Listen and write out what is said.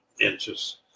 inches